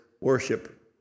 worship